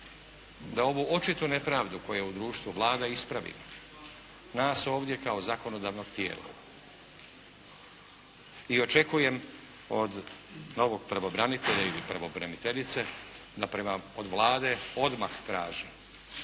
da ovu očitu nepravdu koja u društvu vlada ispravi, nas ovdje kao zakonodavnog tijela. I očekujem od novog pravobranitelja ili pravobraniteljice da prema, od Vlade odmah traži,